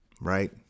Right